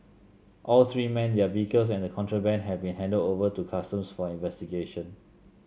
all three men their vehicles and the contraband have been handed over to Customs for investigation